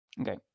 Okay